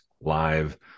live